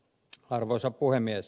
arvoisa puhemies